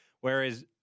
Whereas